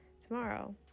tomorrow